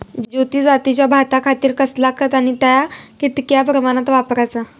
ज्योती जातीच्या भाताखातीर कसला खत आणि ता कितक्या प्रमाणात वापराचा?